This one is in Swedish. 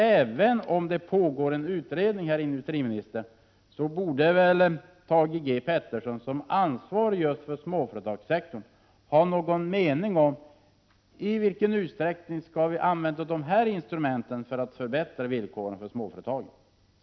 Även om det pågår en utredning, herr industriminister, borde väl Thage G Peterson som ansvarig just för småföretagssektorn ha någon mening om i vilken utsträckning vi skall använda skatteoch avgiftsinstrumentet för att förbättra villkoren för småföretagen.